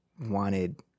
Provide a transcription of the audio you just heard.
wanted